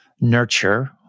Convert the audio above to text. nurture